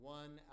one